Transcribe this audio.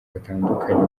batandukanye